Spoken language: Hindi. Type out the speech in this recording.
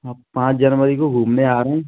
हम पाँच जनवरी को घूमने आ रहे हैं